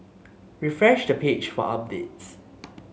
refresh the page for updates